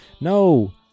No